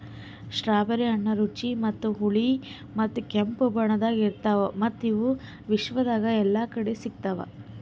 strawberry ಹಣ್ಣ ರುಚಿ ಮತ್ತ ಹುಳಿ ಮತ್ತ ಕೆಂಪು ಬಣ್ಣದಾಗ್ ಇರ್ತಾವ್ ಮತ್ತ ಇವು ವಿಶ್ವದಾಗ್ ಎಲ್ಲಾ ಕಡಿ ಸಿಗ್ತಾವ್